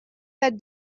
that